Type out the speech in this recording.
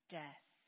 death